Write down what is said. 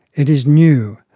it is new,